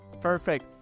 Perfect